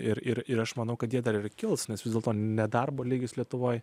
ir ir aš manau kad jie dar kils nes vis dėlto nedarbo lygis lietuvoje